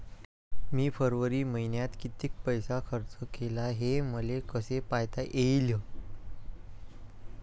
मी फरवरी मईन्यात कितीक पैसा खर्च केला, हे मले कसे पायता येईल?